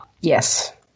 Yes